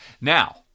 Now